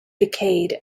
decayed